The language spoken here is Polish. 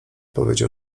powiedział